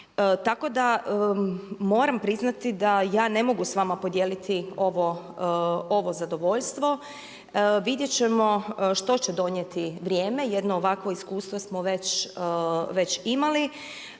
Tako da moram priznati da ja ne mogu s vama podijeliti ovo zadovoljstvo, vidjeti ćemo što će donijeti vrijeme, jedno ovakvo iskustvo smo veći imali.